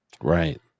Right